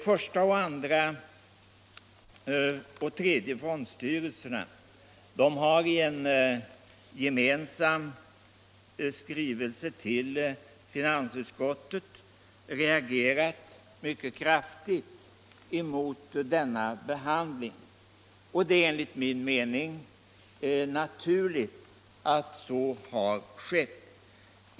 Första, andra och tredje fondstyrelserna har i en gemensam skrivelse till finansutskottet reagerat mycket kraftigt emot denna behandling, och det är enligt min mening naturligt att så har skett.